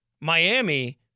Miami